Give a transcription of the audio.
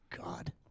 God